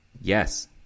Yes